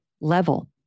level